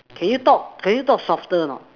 can you talk can you talk softer not